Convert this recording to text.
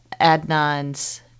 Adnan's